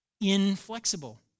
Inflexible